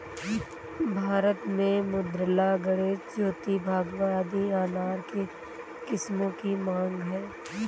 भारत में मृदुला, गणेश, ज्योति, भगवा आदि अनार के किस्मों की मांग है